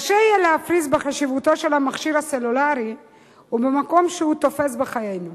קשה יהיה להפריז בחשיבותו של המכשיר הסלולרי ובמקום שהוא תופס בחיינו.